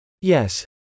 Yes